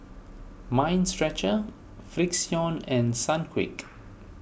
Mind Stretcher Frixion and Sunquick